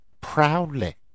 Proudly